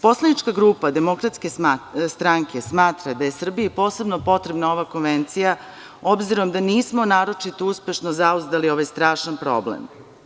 Poslanička grupa DS smatra da je Srbiji posebno potrebna ova konvencija, obzirom da nismo naročito uspešno zauzdali ovaj strašan problem.